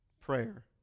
prayer